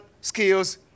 skills